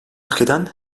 ülkeden